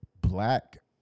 black